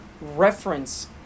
reference